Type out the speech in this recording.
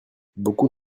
beaucoup